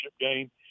game